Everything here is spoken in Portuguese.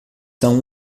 são